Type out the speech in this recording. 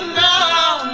now